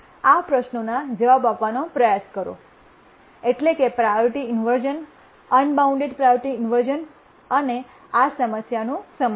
આ પ્રશ્નોના જવાબ આપવાનો પ્રયાસ કરો એટલે કે priority inversion unbounded priority inversion અને આ સમસ્યાનું સમાધાન